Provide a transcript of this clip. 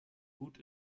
gut